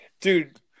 Dude